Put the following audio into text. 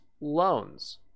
loans